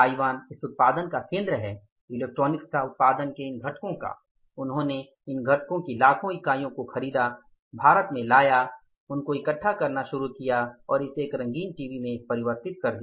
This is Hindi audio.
ताइवान इस उत्पादन का केंद्र है इलेक्ट्रॉनिक्स का उत्पादन के इन घटकों का उन्होंने इन घटकों की लाखों इकाइयों को खरीदा भारत में लाया उनको इकट्ठा करना शुरू किया और इसे एक रंगीन टीवी में परिवर्तित कर दिया